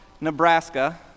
Nebraska